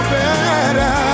better